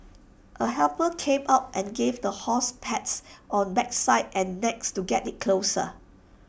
A helper came out and gave the horse pats on backside and neck to get IT closer